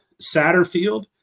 Satterfield